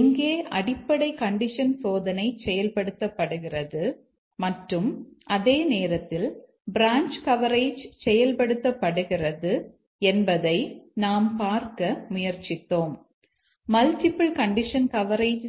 எங்கே அடிப்படை கண்டிஷன் சோதனை செயல்படுத்தப்படுகிறது மற்றும் அதே நேரத்தில் பிரான்ச் கவரேஜ் செயல்படுத்தப்படுகிறது என்பதை நாம் பார்க்க முயற்சித்தோம் மல்டிபிள் கண்டிஷன் கவரேஜ்